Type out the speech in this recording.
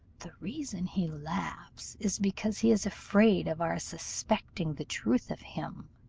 the reason he laughs is because he is afraid of our suspecting the truth of him,